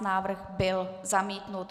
Návrh byl zamítnut.